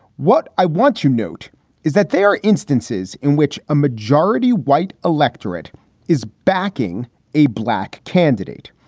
what i want to note is that there are instances in which a majority white electorate is backing a black candidate.